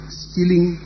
stealing